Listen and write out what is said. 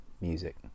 music